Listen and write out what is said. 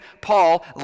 Paul